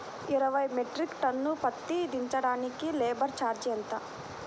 ఇరవై metric tonne పత్తి దించటానికి లేబర్ ఛార్జీ ఎంత?